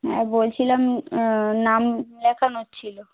হ্যাঁ বলছিলাম নাম লেখানোর ছিলো